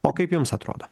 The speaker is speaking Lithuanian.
o kaip jums atrodo